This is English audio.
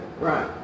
Right